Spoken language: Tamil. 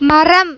மரம்